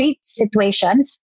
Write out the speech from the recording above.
situations